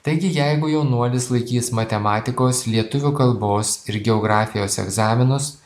taigi jeigu jaunuolis laikys matematikos lietuvių kalbos ir geografijos egzaminus